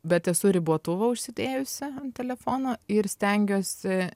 bet esu ribotuvą užsidėjusi ant telefono ir stengiuosi